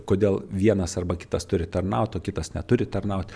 kodėl vienas arba kitas turi tarnaut o kitas neturi tarnaut